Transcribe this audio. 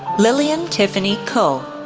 lillian tiffany ko,